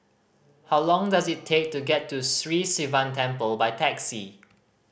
how long does it take to get to Sri Sivan Temple by taxi